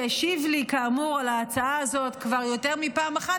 שהשיב לי כאמור על ההצעה הזאת כבר יותר מפעם אחת,